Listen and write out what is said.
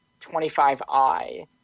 25I